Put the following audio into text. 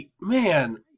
man